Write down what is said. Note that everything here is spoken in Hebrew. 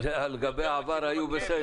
לגבי העבר הם היו בסדר,